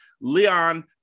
Leon